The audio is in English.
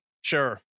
Sure